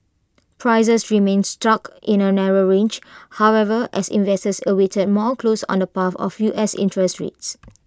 prices remained stuck in A narrow range however as investors awaited more clues on the path of U S interest rates